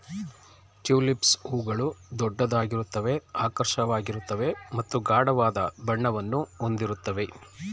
tulips ಹೂಗಳು ದೊಡ್ಡದಾಗಿರುತ್ವೆ ಆಕರ್ಷಕವಾಗಿರ್ತವೆ ಮತ್ತು ಗಾಢವಾದ ಬಣ್ಣವನ್ನು ಹೊಂದಿರುತ್ವೆ